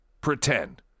pretend